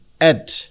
add